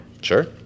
Sure